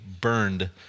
burned